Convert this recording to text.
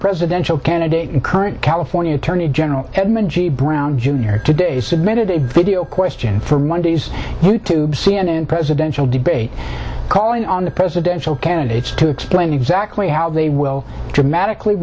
presidential candidate and current california attorney general edmund brown jr today submitted a video question for monday's you tube c n n presidential debate calling on the presidential candidates to explain exactly how they will dramatically